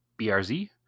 BRZ